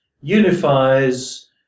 unifies